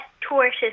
tortoise